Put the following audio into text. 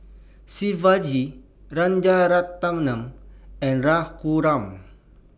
Shivaji Rajaratnam and Raghuram